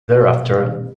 thereafter